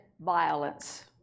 violence